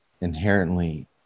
inherently